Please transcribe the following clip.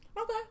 Okay